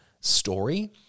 story